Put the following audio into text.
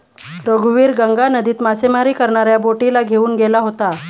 रघुवीर गंगा नदीत मासेमारी करणाऱ्या बोटीला घेऊन गेला होता